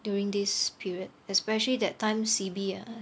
during this period especially that time C_B ah